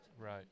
Right